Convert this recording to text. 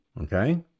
Okay